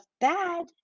bad